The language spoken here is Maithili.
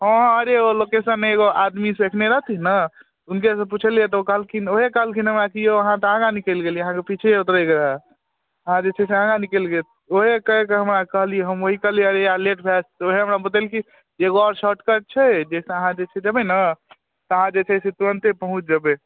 हँ हँ अरे ओ लोकेशन नै एगो आदमीसँ देखने रहथिन ने हुनकेसँ पुछलियै तऽ ओ कहलखिन ओहे कहलखिन हमरा की यौ आहाँ तऽ आगाँ निकलि गेलियै आहाँके पीछही उतरिके रहए आहाँ जे छै से आगा निकलि गेलियै ओहे कहि कऽ हमरा कहली हम अरे यार लेट भऽ जैतहुँ हमरा बतेलखिन एगो आओर सॉर्टकट छै जाहिसँ आहाँ जेबै ने आहाँ जे छै से तुरन्ते पहुँच जेबै